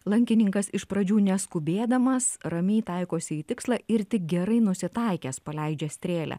lankininkas iš pradžių neskubėdamas ramiai taikosi į tikslą ir tik gerai nusitaikęs paleidžia strėlę